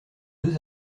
deux